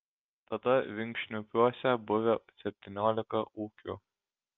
tada vinkšnupiuose buvę septyniolika ūkių